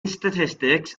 statistics